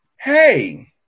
Hey